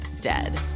dead